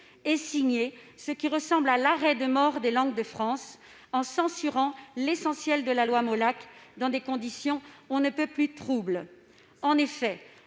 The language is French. et signé ce qui ressemble à l'arrêt de mort des langues de France, en censurant l'essentiel de la loi Molac dans des conditions on ne peut plus troubles. En effet,